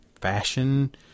fashion